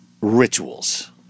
rituals